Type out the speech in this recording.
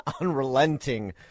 unrelenting